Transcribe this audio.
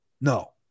no